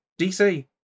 DC